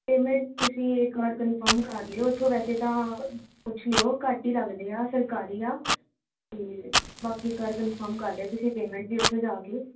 payment ਤੁਸੀਂ ਇਕ ਵਾਰ ਕਨਫਰਮ ਕਰ ਲਿਓ ਉੱਥੋਂ ਵੈਸੇ ਤਾਂ ਪੁੱਛ ਲਿਓ ਘੱਟ ਹੀ ਲੱਗਦੇ ਆ ਸਰਕਾਰੀ ਆ ਅਤੇ ਬਾਕੀ ਇਕ ਵਾਰ ਕੰਨਫਰਮ ਕਰ ਲਿਓ ਤੁਸੀਂ ਪੇਮੈਂਟ ਦੀ ਉੱਥੇ ਜਾ ਕੇ